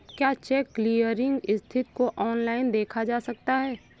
क्या cheque clearing स्थिति को ऑनलाइन देखा जा सकता है?